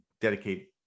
dedicate